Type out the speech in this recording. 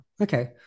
Okay